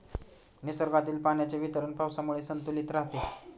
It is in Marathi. निसर्गातील पाण्याचे वितरण पावसामुळे संतुलित राहते